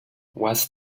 was